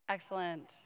Excellent